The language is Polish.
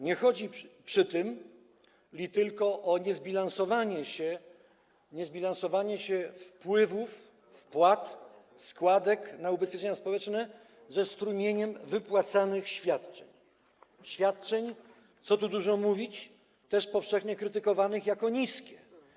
Nie chodzi przy tym li tylko o niezbilansowanie się wpływów wpłat składek na ubezpieczenia społeczne ze strumieniem wypłacanych świadczeń, świadczeń, co tu dużo mówić, też powszechnie krytykowanych jako niskie.